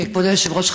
כבוד היושב-ראש,